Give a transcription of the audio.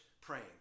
praying